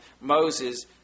Moses